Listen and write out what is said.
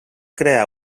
crea